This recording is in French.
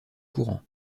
courant